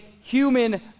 human